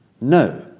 no